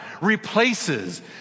replaces